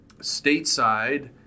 stateside